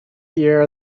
year